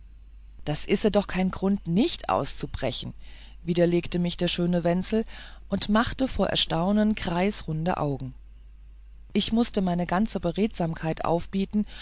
das ise doch kein grund um nicht auszubrechen widerlegte mich der schöne wenzel und machte vor erstaunen kreisrunde augen ich mußte meine ganze beredsamkeit aufbieten